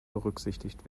berücksichtigt